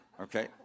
Okay